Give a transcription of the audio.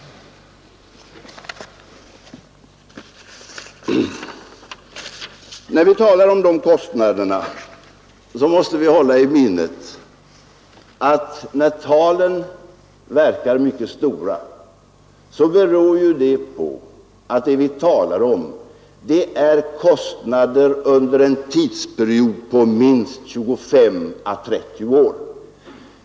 När vi talar om de kostnaderna, måste vi hålla i minnet att, när talen verkar mycket stora, beror det på att det vi talar om är kostnader under en tidsperiod på minst 25 å 30 år.